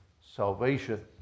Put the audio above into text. salvation